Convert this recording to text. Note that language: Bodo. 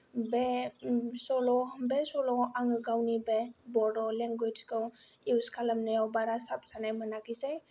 बे सल' बे सल'आव आङो गावनि बे बड लेंगुवेजखौ इउस खालामनायाव बारा साबजानाय मोनाखिसै